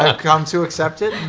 ah come to accept it.